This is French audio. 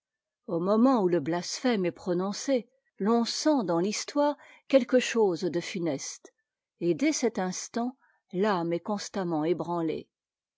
au moment où le blasphème est prononcé l'on sent dans l'histoire quelque chose de funeste et dès cet instant l'âme est constamment ébranlée